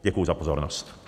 Děkuji za pozornost.